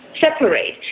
separate